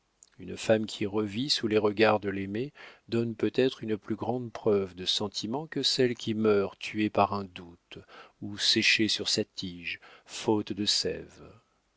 une femme qui revit sous les regards de l'aimé donne peut-être une plus grande preuve de sentiment que celle qui meurt tuée par un doute ou séchée sur sa tige faute de sève